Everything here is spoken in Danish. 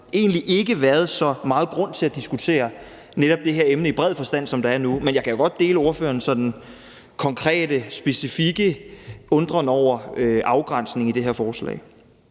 egentlig ikke været så meget grund til at diskutere netop det her emne i bred forstand, som der er nu. Men jeg kan jo godt dele ordførerens sådan konkrete, specifikke undren over afgrænsningen i det her forslag.